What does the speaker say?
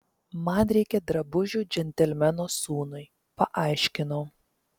man reikia drabužių džentelmeno sūnui paaiškinau